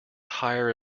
hire